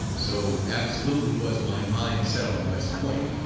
so absolutely was my mind set on west point,